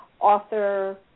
author